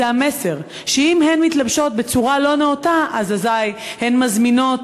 זה המסר שאם הן מתלבשות בצורה לא נאותה אזי הן מזמינות